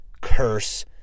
curse